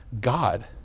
God